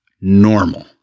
normal